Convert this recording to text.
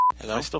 Hello